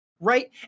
Right